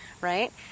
Right